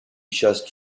chasse